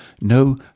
No